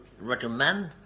recommend